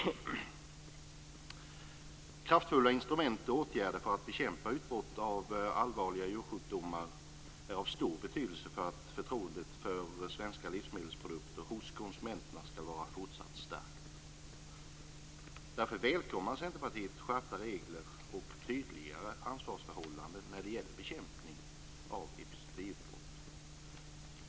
Kraftfulla instrument och åtgärder för att bekämpa utbrott av allvarliga djursjukdomar har stor betydelse för att förtroendet för svenska livsmedelsprodukter hos konsumenterna skall vara fortsatt starkt. Därför välkomnar Centerpartiet skärpta regler och tydligare ansvarsförhållanden när det gäller bekämpning av epizootiutbrott.